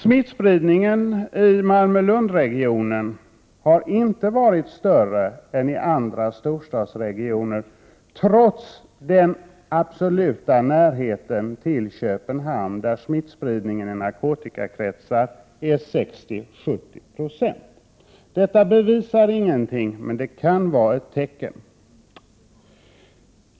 Smittspridningen i Malmö — Lund-regionen har inte varit större än i andra storstadsregioner, trots den absoluta närheten till Köpenhamn, där smittspridningen i narkomankretsar är 60—70 90. Detta bevisar ingenting, men det kan vara ett tecken.